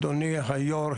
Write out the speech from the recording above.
אדוני היו"ר,